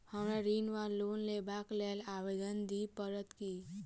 हमरा ऋण वा लोन लेबाक लेल आवेदन दिय पड़त की?